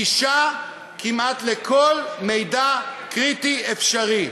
אפשרות לגישה כמעט לכל מידע קריטי אפשרי.